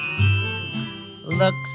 Looks